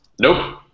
Nope